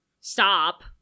stop